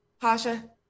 Pasha